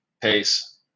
Pace